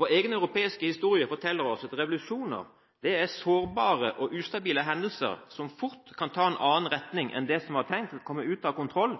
Vår egen europeiske historie forteller oss at revolusjoner er sårbare og ustabile hendelser som fort kan ta en annen retning enn